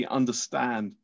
understand